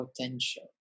potential